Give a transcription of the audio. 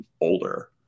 older